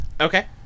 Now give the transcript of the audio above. Okay